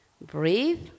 breathe